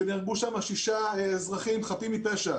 שנהרגו שם שישה אזרחים חפים מפשע,